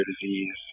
disease